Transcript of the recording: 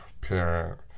parent